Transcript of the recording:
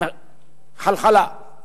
חלחלה כי